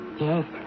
Yes